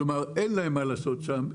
כלומר אין להם מה לעשות שם,